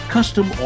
Custom